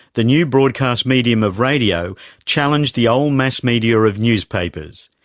the new broadcast medium of radio challenged the old mass media of newspapers.